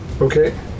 Okay